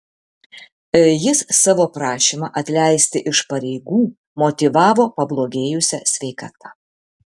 jis savo prašymą atleisti iš pareigų motyvavo pablogėjusia sveikata